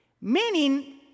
Meaning